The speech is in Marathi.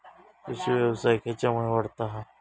कृषीव्यवसाय खेच्यामुळे वाढता हा?